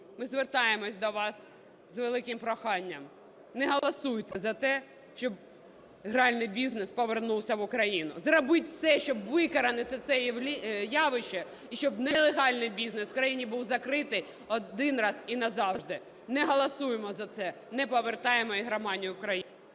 Ми звертаємося до вас з великим проханням: не голосуйте за те, щоб гральний бізнес повернувся в Україну. Зробіть все, щоб викорінити це явище і щоб нелегальний бізнес в країні був закритий один раз і назавжди. Не голосуймо за це, не повертаймо ігроманію в країну!